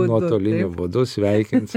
nuotoliniu būdų sveikins